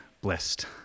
blessed